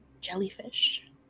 jellyfish